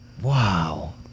Wow